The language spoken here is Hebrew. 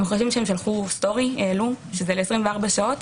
הם חושבים שהעלו סטורי ל-24 שעות.